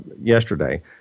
yesterday